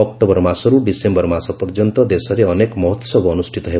October ମାସରୁ December ମାସ ପର୍ଯ୍ୟନ୍ତ ଦେଶରେ ଅନେକ ମହୋତ୍ସବ ଅନୁଷ୍ଠିତ ହେବ